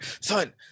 Son-